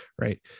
right